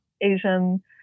asian